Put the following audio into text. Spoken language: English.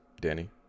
Danny